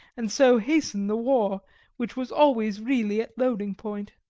and so hasten the war which was always really at loading point.